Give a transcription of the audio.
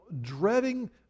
dreading